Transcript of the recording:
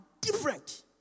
different